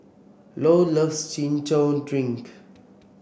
Lou loves Chin Chow Drink